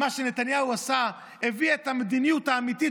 מה שנתניהו עשה: הביא את המדיניות האמיתית